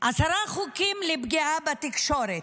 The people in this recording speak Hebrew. עשרה חוקים לפגיעה בתקשורת,